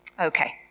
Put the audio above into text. Okay